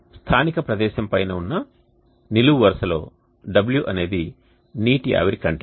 స్థానిక ప్రదేశం పైన ఉన్న నిలువు వరుసలో w అనేది నీటి ఆవిరి కంటెంట్